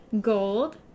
Gold